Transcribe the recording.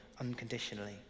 unconditionally